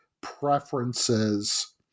preferences